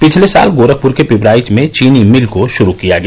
पिछले साल गोरखपुर के पिपराइच में चीनी मिल को शुरू किया गया